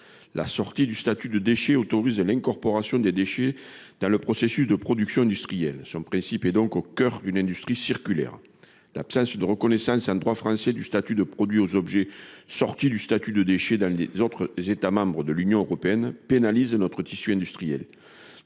La sortie du statut de déchet autorise l'incorporation des déchets dans le processus de production industrielle ; son principe est donc au coeur d'une industrie circulaire. L'absence de reconnaissance en droit français du statut de produits pour les objets exclus du statut de déchet dans les autres États de l'Union européenne pénalise notre tissu industriel.